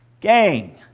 Gang